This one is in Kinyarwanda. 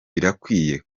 birakwiye